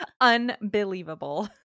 Unbelievable